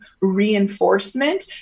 reinforcement